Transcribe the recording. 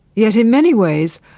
yet in many ways,